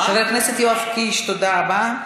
לקחתי אותו מהוועדה.